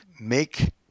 make